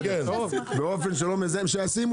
לא צריך